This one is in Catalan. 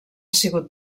sigut